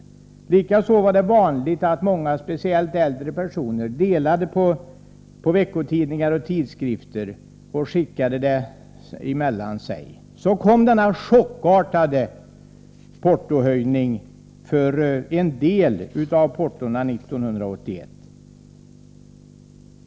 Likaså var det vanligt, speciellt bland äldre personer, att man delade på veckotidningar och tidskrifter genom att skicka dem till varandra. Så kom denna chockartade portohöjning 1981 för en del försändelser.